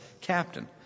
captain